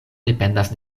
dependas